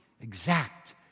Exact